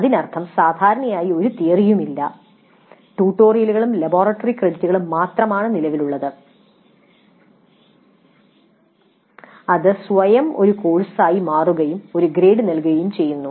അതിനർത്ഥം സാധാരണയായി ഒരു തിയറിയുമില്ല ട്യൂട്ടോറിയലുകളും ലബോറട്ടറി ക്രെഡിറ്റുകളും മാത്രമാണ് നിലവിലുള്ളത് അത് സ്വയം ഒരു കോഴ്സായി മാറുകയും ഒരു ഗ്രേഡ് നൽകുകയും ചെയ്യുന്നു